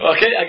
Okay